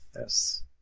Yes